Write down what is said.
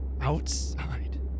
Outside